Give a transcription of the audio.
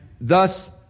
thus